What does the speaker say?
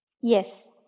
Yes